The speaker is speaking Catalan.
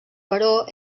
però